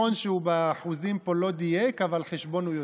נכון שבאחוזים פה הוא לא דייק אבל חשבון הוא יודע.